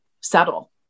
settle